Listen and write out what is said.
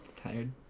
tired